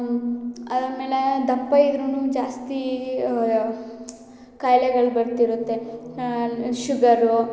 ಅದಾದ್ಮೇಲೆ ದಪ್ಪ ಇದ್ದರೂ ಜಾಸ್ತಿ ಕಾಯಿಲೆಗಳು ಬರ್ತಿರುತ್ತೆ ಶುಗರು